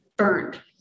burned